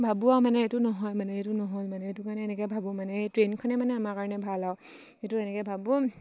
ভাবোঁ আৰু মানে এইটো নহয় মানে এইটো নহয় মানে সেইটো কাৰণে এনেকৈ ভাবোঁ মানে এই ট্ৰেইনখনে মানে আমাৰ কাৰণে ভাল আৰু সেইটো এনেকৈ ভাবোঁ